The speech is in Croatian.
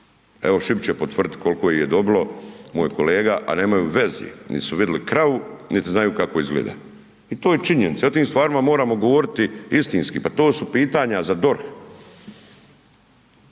Evo Šipić će potvrdit koliko ih je dobilo, moj kolega a nemaju veze, nisu vidjeli kravu niti kako izgleda. I to je činjenica, o im stvarima moramo govoriti istinski pa to su pitanja za DORH.